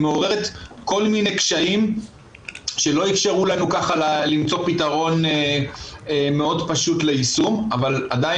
מעוררת כל מיני קשיים שלא אפשרו לנו למצוא פתרון מאוד פשוט ליישום אבל עדין